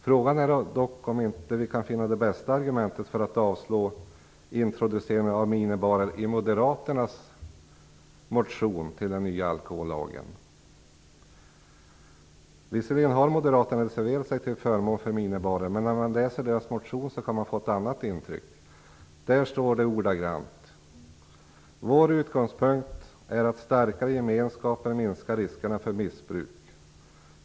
Frågan är dock om vi inte kan finna det bästa argumentet för att avslå introduceringen av minibarer i moderaternas motion i fråga om den nya alkohollagen. Visserligen har moderaterna reserverat sig till förmån för minibarer, men när man läser deras motion kan man få ett annat intryck. Där står det ordagrannt: "Vår utgångspunkt är att starkare gemenskaper minskar riskerna för missbruk.